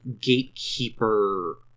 Gatekeeper